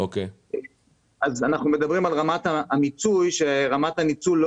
אנחנו מדברים על כך שרמת הניצול לא